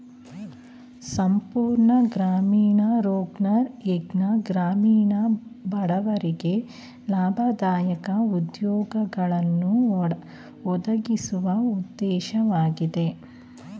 ಸಂಪೂರ್ಣ ಗ್ರಾಮೀಣ ರೋಜ್ಗಾರ್ ಯೋಜ್ನ ಗ್ರಾಮೀಣ ಬಡವರಿಗೆ ಲಾಭದಾಯಕ ಉದ್ಯೋಗಗಳನ್ನು ಒದಗಿಸುವ ಉದ್ದೇಶವಾಗಿದೆ